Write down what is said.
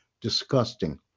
disgusting